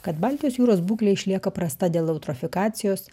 kad baltijos jūros būklė išlieka prasta dėl eutrofikacijos